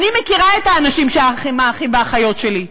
אני מכירה את האנשים שהם האחים והאחיות שלי.